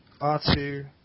R2